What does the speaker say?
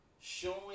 showing